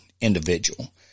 individual